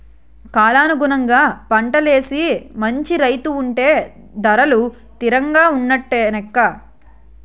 కాలానుగుణంగా పంటలేసి మంచి రేటు ఉంటే ధరలు తిరంగా ఉన్నట్టు నెక్క